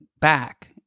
back